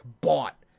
bought